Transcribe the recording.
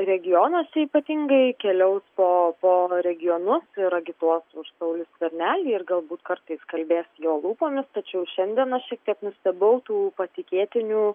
regionuose ypatingai keliaus po po regionus ir agituos už saulių skvernelį ir galbūt kartais kalbės jo lūpomis tačiau šiandiena šiek tiek nustebau tų patikėtinių